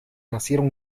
nacieron